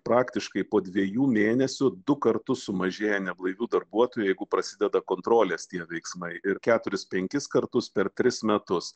praktiškai po dviejų mėnesių du kartus sumažėja neblaivių darbuotojų jeigu prasideda kontrolės tie veiksmai ir keturis penkis kartus per tris metus